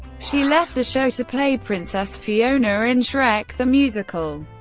she left the show to play princess fiona in shrek the musical,